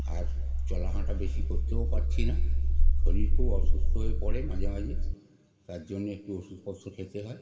আর চলা হাঁটা বেশি করতেও পারছি না শরীর খুব অসুস্থ হয়ে পড়ে মাঝে মাঝে তার জন্যে একটু ওষুধপত্র খেতে হয়